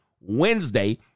Wednesday